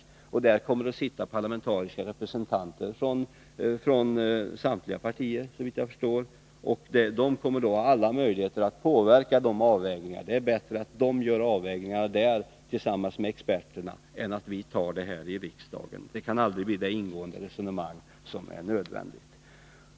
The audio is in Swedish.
I styrelsen för detta verk kommer det att sitta parlamentariska representanter för, såvitt jag förstår, samtliga partier. De kommer att ha alla möjligheter att påverka de här avvägningarna. Det är bättre att dessa representanter tillsammans med experterna gör avvägningarna än att vi i riksdagen gör det. Här kan det aldrig bli det ingående resonemang som är nödvändigt.